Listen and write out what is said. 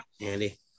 Andy